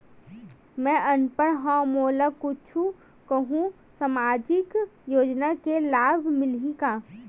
मैं अनपढ़ हाव मोला कुछ कहूं सामाजिक योजना के लाभ मिलही का?